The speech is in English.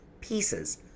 pieces